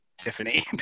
Tiffany